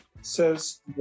Says